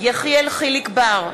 יחיאל חיליק בר,